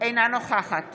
אינה נוכחת